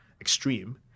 extreme